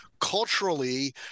culturally